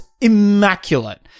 immaculate